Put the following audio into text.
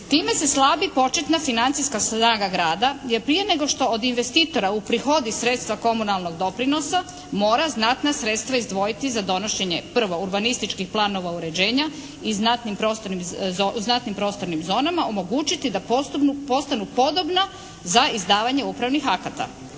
Time se slabi početna financijska snaga grada, jer prije nego što od investitora uprihodi sredstva komunalnog doprinosa mora znatna sredstva izdvojiti za donošenje prvo urbanističkih planova uređenja i znatnim prostornim zonama omogućiti da postanu podobna za izdavanje upravnih akata,